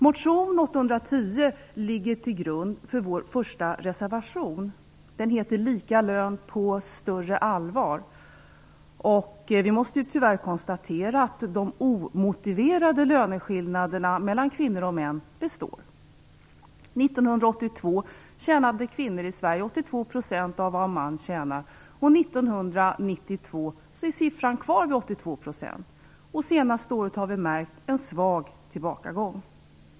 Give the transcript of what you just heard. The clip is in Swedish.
Motion 810 ligger till grund för vår första reservation. Den heter Lika lön på större allvar. Vi måste tyvärr konstatera att de omotiverade löneskillnaderna mellan kvinnor och män består. 1982 tjänade kvinnor i Sverige 82 % av vad männen tjänade och 1992 är siffran kvar vid 82 %. Det senaste året har vi märkt en svag tillbakagång.